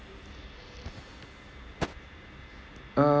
err